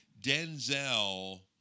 Denzel